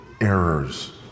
errors